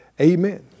Amen